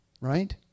Right